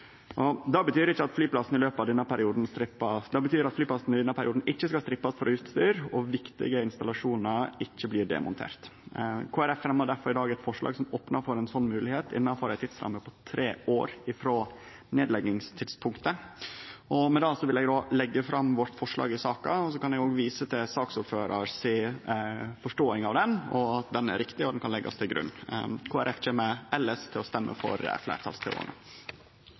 tidsperspektiv. Det betyr at flyplassen i denne perioden ikkje skal strippast for utstyr, og at viktige installasjonar ikkje blir demonterte. Kristeleg Folkeparti fremjar i dag difor eit forslag som opnar for ei slik mogelegheit innanfor ei tidsrame på tre år frå nedleggingstidspunktet. Med det vil eg leggje fram vårt forslag i saka og vise til saksordføraren si forståing, som er riktig og kan leggjast til grunn. Kristeleg Folkeparti kjem elles til å stemme for